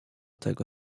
tego